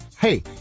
Hey